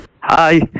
Hi